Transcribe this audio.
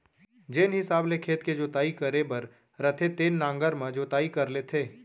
जेन हिसाब ले खेत के जोताई करे बर रथे तेन नांगर म जोताई कर लेथें